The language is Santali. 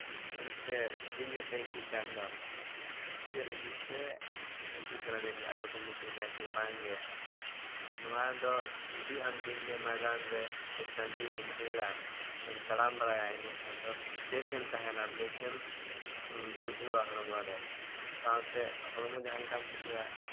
ᱟᱯᱮ ᱫᱤᱱ ᱜᱮᱯᱮ ᱦᱤᱡᱩᱜ ᱠᱟᱱ ᱫᱚ ᱪᱮᱫ ᱞᱟᱹᱜᱤᱫ ᱯᱮ ᱦᱤᱡᱩᱜ ᱠᱟᱱᱟ ᱫᱤᱱ ᱜᱮ ᱟᱫᱚ ᱠᱚ ᱢᱤᱛᱟᱹᱧᱟ ᱡᱮ ᱵᱟᱝ ᱜᱮ ᱱᱚᱣᱟ ᱫᱚ ᱡᱩᱫᱤ ᱟᱢ ᱫᱤᱱ ᱜᱮ ᱢᱟᱭᱫᱟᱱ ᱨᱮ ᱥᱮ ᱴᱟᱺᱰᱤ ᱨᱮᱢ ᱫᱟᱹᱲᱟᱢ ᱥᱮᱢ ᱛᱟᱲᱟᱢ ᱵᱟᱲᱟᱭᱟ ᱤᱱᱟᱹ ᱠᱷᱟᱱ ᱫᱚ ᱵᱮᱥᱮᱢ ᱛᱟᱦᱮᱱᱟ ᱵᱮᱥᱮᱢ ᱵᱩᱡᱷᱟᱹᱣᱟ ᱦᱚᱲᱢᱚ ᱨᱮ ᱥᱟᱶᱛᱮ ᱦᱚᱲᱢᱚ ᱡᱟᱦᱟᱸᱞᱮᱠᱟᱢ ᱵᱩᱡᱷᱟᱹᱣᱟ